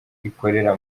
ikorera